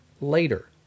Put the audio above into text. later